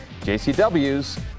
JCW's